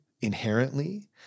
inherently